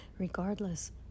Regardless